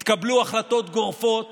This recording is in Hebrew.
התקבלו החלטות גורפות